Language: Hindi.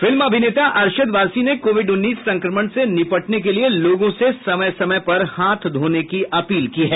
फिल्म अभिनेता अरशद वारसी ने कोविड उन्नीस संक्रमण से निपटने के लिए लोगों से समय समय पर हाथ धोने की अपील की है